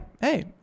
hey